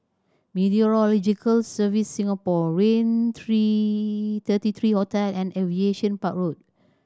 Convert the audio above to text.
Meteorological Service Singapore Raintr Thirty three Hotel and Aviation Park Road